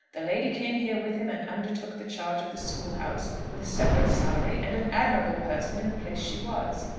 the lady came here with him and undertook the charge of the school-house with a separate salary and an admirable person in the place she was.